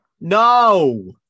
No